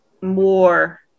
more